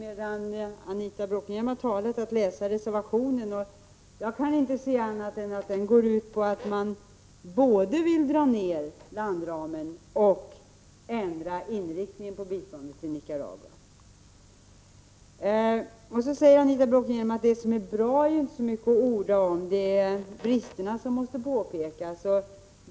Medan Anita Bråkenhielm talat har jag haft tid att läsa reservationen, och jag kan inte se annat än att den går ut på att man vill både dra ned landramen och ändra inriktningen på biståndet till Nicaragua. Det som är bra är det inte mycket att orda om, säger Anita Bråkenhielm, utan det är bristerna som måste påpekas.